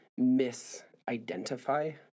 misidentify